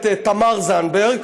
את תמר זנדברג,